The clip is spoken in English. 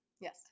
Yes